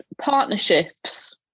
partnerships